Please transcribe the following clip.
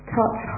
Touch